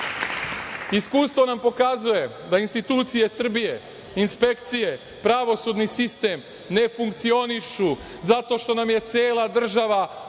odgovara. Iskustvo nam pokazuje da institucije Srbije, inspekcije, pravosudni sistem ne funkcionišu, zato što nam je cela država